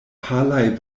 palaj